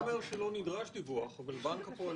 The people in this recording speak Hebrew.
אדוני אומר שלא נדרש דיווח, אבל בנק הפועלים,